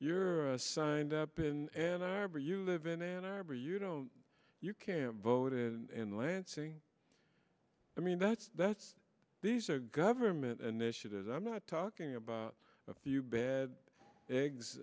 you're signed up in ann arbor you live in ann arbor you know you care vote in lansing i mean that's that's these are government initiatives i'm not talking about a few bad eggs